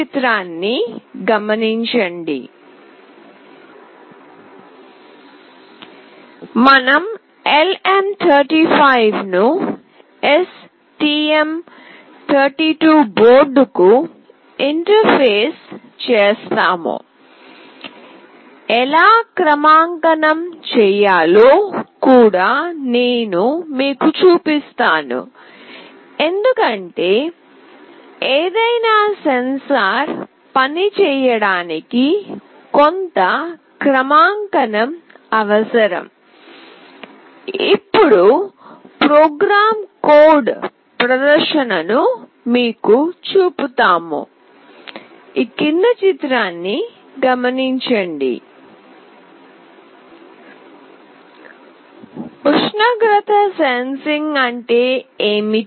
మనం LM35 ను STM32 బోర్డ్కు ఇంటర్ఫేస్ చేస్తాము ఎలా క్రమాంకనం చేయాలో కూడా నేను మీకు చూపిస్తాను ఎందుకంటే ఏదైనా సెన్సార్ పని చేయడానికి కొంత క్రమాంకనం అవసరంఇప్పుడు ప్రోగ్రామ్ కోడ్ ప్రదర్శనను మీకు చూపుతాము ఉష్ణోగ్రత సెన్సింగ్ అంటే ఏమిటి